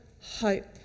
hope